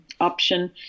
option